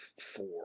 four